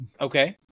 Okay